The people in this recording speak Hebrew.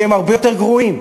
שהם הרבה יותר גרועים.